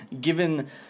given